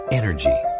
energy